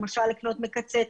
למשל לקנות מקצצת.